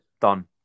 Done